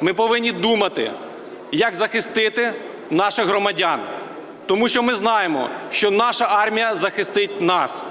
Ми повинні думати, як захистити наших громадян, тому що ми знаємо, що наша армія захистить нас.